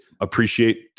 appreciate